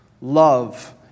Love